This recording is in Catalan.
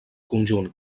conjunt